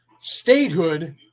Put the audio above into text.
statehood